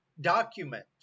document